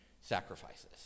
Sacrifices